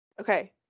okay